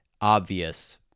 obvious